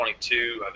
22